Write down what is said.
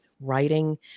writing